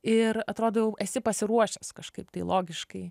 ir atrodo jau esi pasiruošęs kažkaip tai logiškai